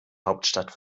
hauptstadt